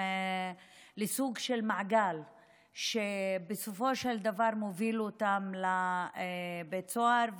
לסוג של מעגל שבסופו של דבר מוביל אותם לבית הסוהר.